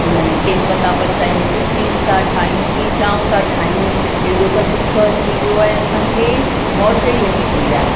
हुन में केक था पचायूं कूकीज़ था ठाहियूं पिजाऊं था ठाहियूं हेॾो त सुखु अची वियो आहे असांखे मौज ई लॻी पई आहे